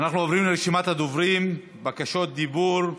אנחנו עוברים לרשימת הדוברים, בקשות דיבור.